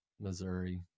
Missouri